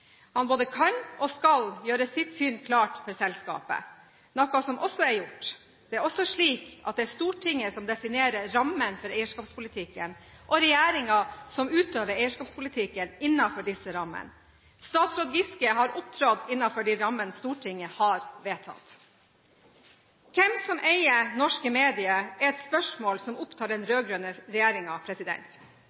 Han både kan og skal gjøre sitt syn klart for selskapet, noe som også er gjort. Det er også slik at det er Stortinget som definerer rammene for eierskapspolitikken, og regjeringen som utøver eierskapspolitikken innenfor disse rammene. Statsråd Giske har opptrådt innenfor de rammene Stortinget har vedtatt. Hvem som eier norske medier, er et spørsmål som opptar den